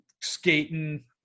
skating